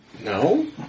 No